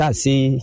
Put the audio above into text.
see